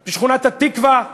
בשכונת-התקווה,